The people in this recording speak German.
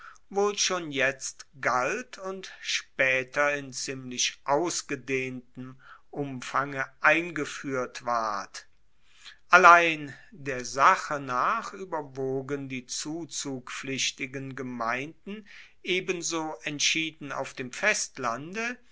wohl schon jetzt galt und spaeter in ziemlich ausgedehntem umfange eingefuehrt ward allein der sache nach ueberwogen die zuzugpflichtigen gemeinden ebenso entschieden auf dem festlande